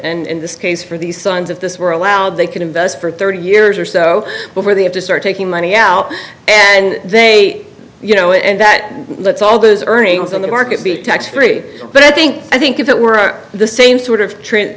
and in this case for these sons if this were allowed they could invest for thirty years or so before they have to start taking money out and they you know and that lets all those earnings on the market be tax free but i think i think if it were the same sort of tre